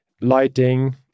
lighting